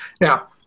Now